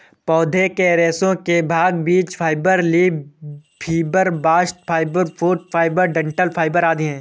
पौधे के रेशे के भाग बीज fibre, leaf fibre, bast fibre, fruit fibre, डंठल फाइबर आदि है